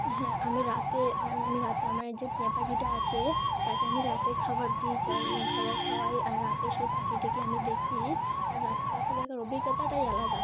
হ্যাঁ আমি রাতে আমি রাতে আমার যে টিয়া পাখিটা আছে তাকে আমি রাতে খাবার দিই জল খাবার খাওয়াই আর রাতে সেই পাখিটিকে আমি দেখি আর রাতে পাখি দেখার অভিজ্ঞতাটাই আলাদা